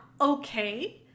okay